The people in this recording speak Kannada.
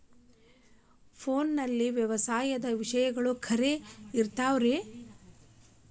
ಫೋನಲ್ಲಿ ವ್ಯವಸಾಯದ ವಿಷಯಗಳು ಖರೇ ಇರತಾವ್ ರೇ?